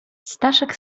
staszek